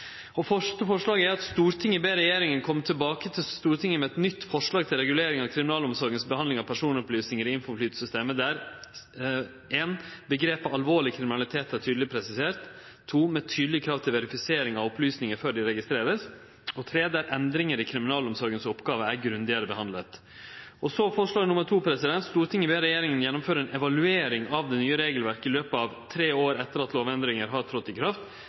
forslaget er: «Stortinget ber Regjeringen komme tilbake til Stortinget med et nytt forslag til regulering av kriminalomsorgens behandling av personopplysninger i Infoflyt-systemet, der: – begrepet «alvorlig kriminalitet» er tydelig presisert, – med tydelig krav til verifisering av opplysninger før de registreres, – der endringer i kriminalomsorgens oppgaver er grundigere behandlet.» Vidare er forslag nr. 2: «Stortinget ber Regjeringen gjennomføre en evaluering av det nye regelverket i løpet av perioden, for å vurdere konsekvensene av lovendringene med tanke på kriminalomsorgens rolle og innsattes rettssikkerhet.» Representanten Bård Vegar Solhjell har